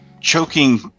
Choking